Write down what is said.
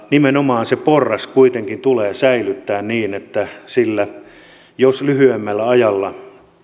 nimenomaan se porras kuitenkin tulee säilyttää niin että sillä jos lyhyemmällä ajalla